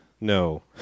No